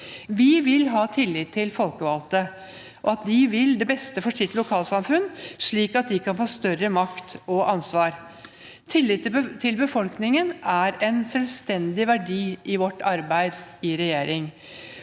Vi vil ha tillit til folkevalgte og at de vil det beste for sitt lokalsamfunn, slik at de kan få større makt og ansvar. Tillit til befolkningen er en selvstendig verdi i vårt arbeid i regjering.